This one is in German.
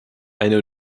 eine